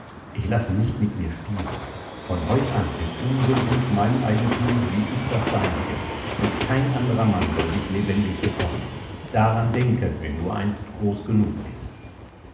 ich lasse nicht mit mir spielen von heut an bist du so gut mein eigentum wie ich das deinige und kein anderer mann soll dich lebendig bekommen daran denke wenn du einst groß genug bist